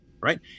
right